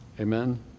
Amen